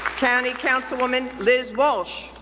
county councilwoman liz walsh.